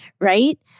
right